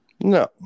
No